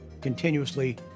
continuously